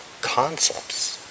concepts